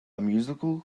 musical